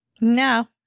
No